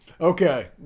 Okay